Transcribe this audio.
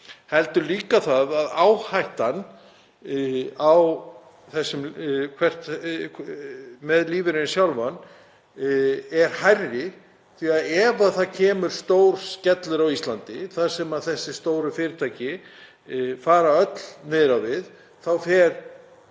heldur líka það að áhættan með lífeyrinn sjálfan er hærri því að ef það kemur stór skellur á Íslandi þar sem þessi stóru fyrirtæki fara öll niður á við þá fer